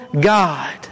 God